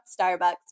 Starbucks